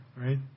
right